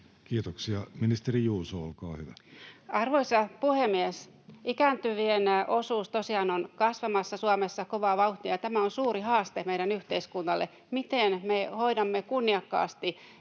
Kiitoksia. — Ministeri Juuso, olkaa hyvä. Arvoisa puhemies! Ikääntyvien osuus tosiaan on kasvamassa Suomessa kovaa vauhtia, ja tämä on suuri haaste meidän yhteiskunnalle, miten me hoidamme kunniakkaasti